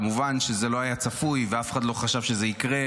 כמובן שזה לא היה צפוי ואף אחד לא חשב שזה יקרה,